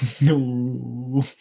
No